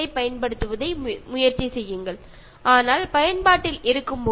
A C ഉപയോഗിക്കുന്നത് പരമാവധി കുറയ്ക്കുക